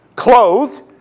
clothed